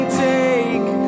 take